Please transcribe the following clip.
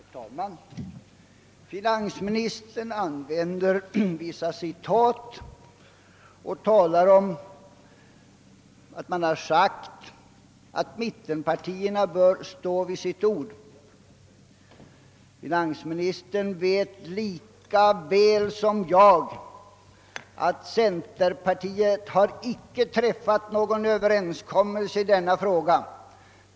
Herr talman! Finansministern använder vissa citat och talar om att man har sagt att mittenpartierna bör stå vid sitt ord. Finansministern vet lika väl som jag att centerpartiet icke har träffat någon överenskommelse i denna fråga.